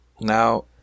Now